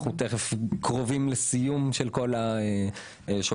אנחנו קרובים לסיום של השוברים.